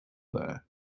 there